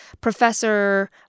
professor